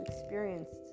experienced